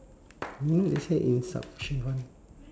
no it say insufficient fund